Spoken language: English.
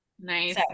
Nice